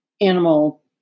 animal